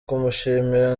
kumushimira